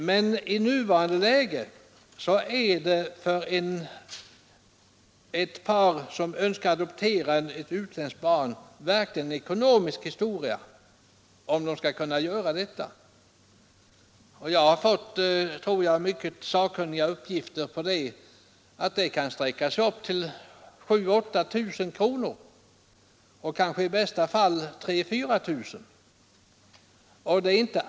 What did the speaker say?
Men i nuvarande läge är det för ett par som önskar adoptera ett utländskt barn verkligen en ekonomisk historia om de skall kunna göra detta. Jag har fått, tror jag, mycket sakkunniga uppgifter om att beloppen kan sträcka sig upp till 7 000 eller 8 000 kronor — i bästa fall rör det sig kanske om 3 000—4 000 kronor.